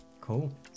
cool